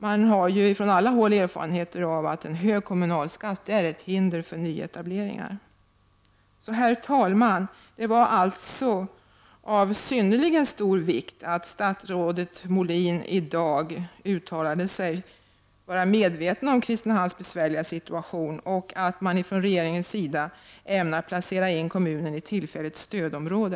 Erfarenheten från olika håll visar att en hög kommunalskatt är ett hinder för nyetableringar. Herr talman! Det är alltså av synnerligen stor vikt att statsrådet Molin uttalade sig vara medveten om Kristinehamns besvärliga situtation och att man från regeringens sida ämnar placera kommunen i tillfälligt stödområde.